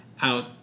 out